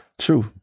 True